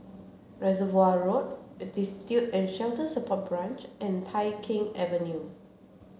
Reservoir Road Destitute and Shelter Support Branch and Tai Keng Avenue